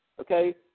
okay